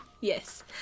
yes